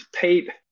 Pete